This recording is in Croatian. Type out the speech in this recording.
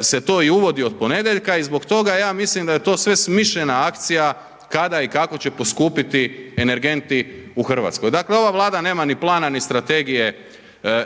se to uvodi od ponedjeljka i zbog toga ja mislim da je to sve smišljena akcija kada i kako će poskupiti energenti u Hrvatskoj. Dakle ova Vlada nema ni plana ni strategije